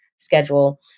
Schedule